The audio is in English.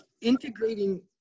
integrating